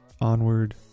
Onward